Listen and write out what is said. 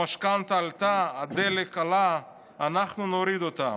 המשכנתה עלתה, הדלק עלה, אנחנו נוריד אותם.